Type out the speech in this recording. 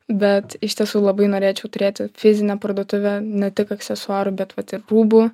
bet iš tiesų labai norėčiau turėti fizinę parduotuvę ne tik aksesuarų bet vat ir rūbų